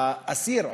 האסיר,